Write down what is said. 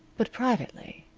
but privately,